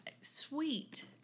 sweet